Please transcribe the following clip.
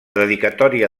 dedicatòria